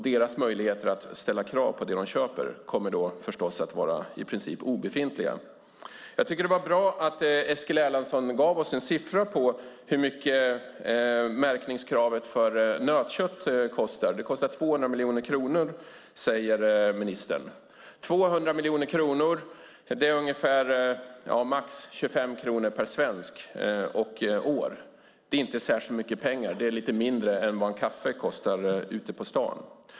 Deras möjligheter att ställa krav på det de köper kommer förstås att var i princip obefintliga. Jag tycker att det var bra att Eskil Erlandsson gav oss en siffra på hur mycket märkningskravet för nötkött kostar. Det kostar 200 miljoner kronor, säger ministern. 200 miljoner kronor är max 25 kronor per svensk och år. Det är inte särskilt mycket pengar - lite mindre än vad en kaffe kostar ute på stan.